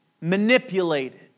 manipulated